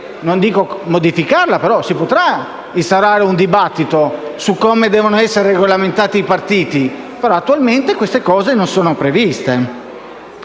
non dico modificarla, ma instaurare un dibattito su come devono essere regolamentati i partiti. Ma attualmente queste cose non sono previste.